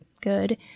good